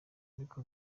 ariko